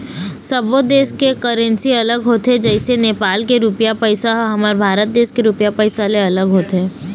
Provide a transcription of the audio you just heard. सब्बो देस के करेंसी अलग होथे जइसे नेपाल के रुपइया पइसा ह हमर भारत देश के रुपिया पइसा ले अलग होथे